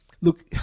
Look